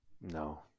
No